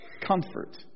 comfort